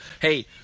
hey